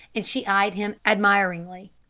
and she eyed him admiringly.